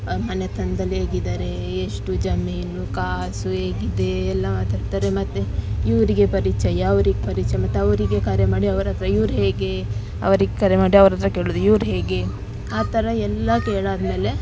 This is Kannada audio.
ಆ ಮನೆತನದಲ್ಲಿ ಹೇಗಿದಾರೆ ಎಷ್ಟು ಜಮೀನು ಕಾಸು ಹೇಗಿದೆ ಎಲ್ಲ ಮಾತಾಡ್ತಾರೆ ಮತ್ತು ಇವರಿಗೆ ಪರಿಚಯ ಅವ್ರಿಗೆ ಪರಿಚಯ ಮತ್ತು ಅವರಿಗೆ ಕರೆ ಮಾಡಿ ಅವರ ಹತ್ರ ಇವ್ರು ಹೇಗೆ ಅವ್ರಿಗೆ ಕರೆ ಮಾಡಿ ಅವ್ರ ಹತ್ರ ಕೇಳೋದು ಇವ್ರು ಹೇಗೆ ಆ ಥರ ಎಲ್ಲ ಕೇಳಾದ ಮೇಲೆ